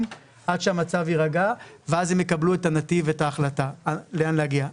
עד שהמצב יירגע ואז הם יקבלו את ההחלטה לאן להגיע.